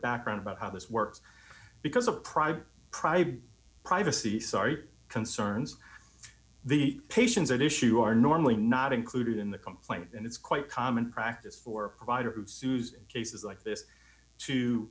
background about how this works because a private private privacy sorry concerns the patients and issue are normally not included in the complaint and it's quite common practice for provider who sues cases like this to